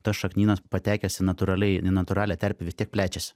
tas šaknynas patekęs į natūraliai nenatūralią terpę vis tiek plečiasi